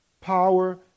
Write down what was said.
power